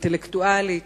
אינטלקטואלית,